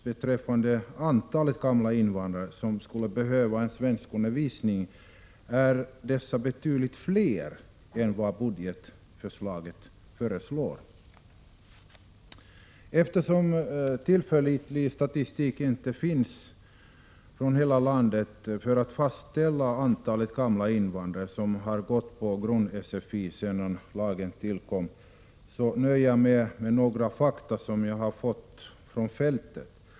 Men antalet sådana invandrare som skulle behöva svenskundervisning är enligt de beräkningar som gjorts betydligt större än som förutsatts i budgetpropositionens förslag. Eftersom det inte finns någon tillförlitlig rikstäckande statistik för att fastställa hur många ”gamla” invandrare som har genomgått grund-SFI sedan lagen tillkom, nöjer jag mig med att redovisa några fakta från fältet.